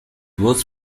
was